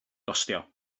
gostio